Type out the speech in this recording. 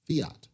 fiat